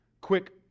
Quick